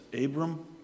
Abram